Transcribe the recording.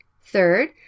Third